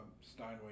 Steinway